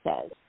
says